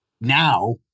now